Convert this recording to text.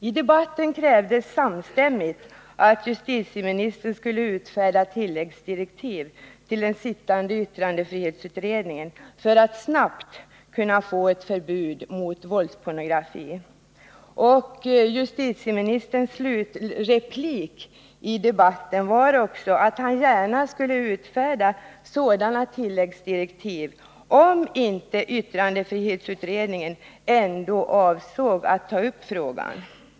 I debatten krävdes samstämmigt att justitieministern skulle utfärda tilläggsdirektiv till den sittande yttrandefrihetsutredningen för att man snabbt skulle kunna få ett förbud mot våldspornografi. Justitieministerns slutreplik i debatten var också att han gärna skulle utfärda sådana tilläggsdirektiv, om inte yttrandefrihetsutredningen ändå avsåg att ta upp frågan.